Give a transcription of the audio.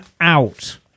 out